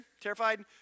terrified